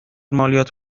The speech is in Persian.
مالیات